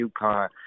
UConn